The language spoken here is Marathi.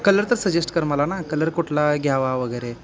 कलर तर सजेस्ट कर मला ना कलर कुठला घ्यावा वगैरे